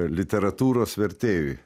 literatūros vertėjui